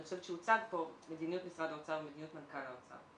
אני חושבת שהוצגה פה מדיניות משרד האוצר ומדיניות מנכ"ל האוצר.